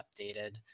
updated